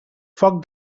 foc